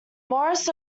morris